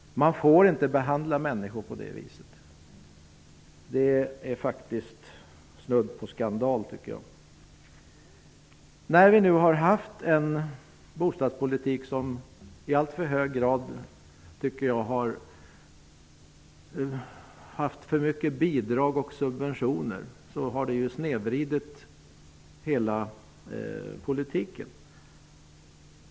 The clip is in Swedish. Man får inte behandla människor på det viset. Det är faktiskt snudd på skandal. När vi nu har haft en bostadspolitik som i alltför hög grad haft för mycket bidrag och subventioner. Det har snedvridit hela politiken.